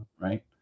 right